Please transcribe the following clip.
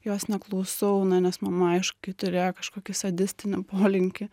jos neklausau na nes mama aiškiai turėjo kažkokį sadistinį polinkį